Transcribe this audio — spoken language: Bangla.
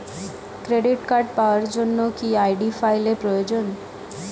ক্রেডিট কার্ড পাওয়ার জন্য কি আই.ডি ফাইল এর প্রয়োজন?